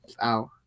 out